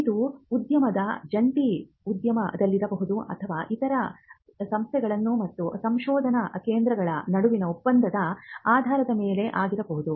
ಇದು ಉದ್ಯಮದ ಜಂಟಿ ಉದ್ಯಮದಲ್ಲಿರಬಹುದು ಅಥವಾ ಇತರ ಸಂಸ್ಥೆಗಳು ಮತ್ತು ಸಂಶೋಧನಾ ಕೇಂದ್ರಗಳ ನಡುವಿನ ಒಪ್ಪಂದದ ಆಧಾರದ ಮೇಲೆ ಆಗಿರಬಹುದು